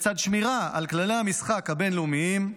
לצד שמירה על כללי המשחק הבין-לאומיים,